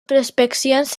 prospeccions